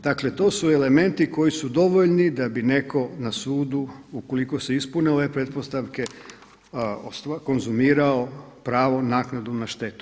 Dakle to su elementi koji su dovoljni da bi neko na sudu ukoliko se ispune ove pretpostavke konzumirao pravo naknade na štetu.